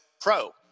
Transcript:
pro